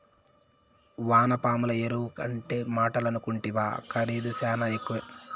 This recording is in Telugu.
వానపాముల ఎరువంటే మాటలనుకుంటివా ఖరీదు శానా ఎక్కువే